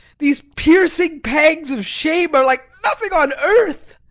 these piercing pangs of shame are like nothing on earth.